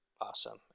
Awesome